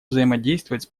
взаимодействовать